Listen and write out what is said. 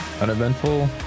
Uneventful